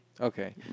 Okay